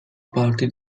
parti